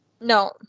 no